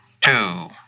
two